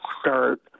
start